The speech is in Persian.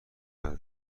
برای